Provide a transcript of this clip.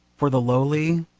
for the lowly,